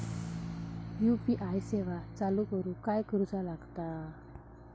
UPI सेवा चालू करूक काय करूचा लागता?